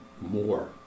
more